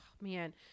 man